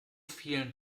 vielen